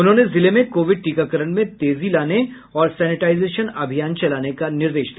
उन्होंने जिले में कोविड टीकाकरण में तेजी लाने और सेनेटाईजेशन अभियान चलाने का निर्देश दिया